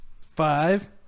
five